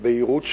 בבהירות שלהם,